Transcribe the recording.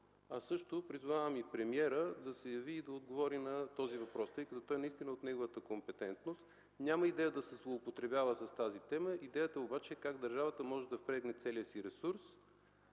а също призовавам и премиера да се яви да отговори на този въпрос, тъй като той наистина е от неговата компетентност. Няма идея да се злоупотребява с тази тема. Идеята обаче е как държавата може да впрегне целия си ресурс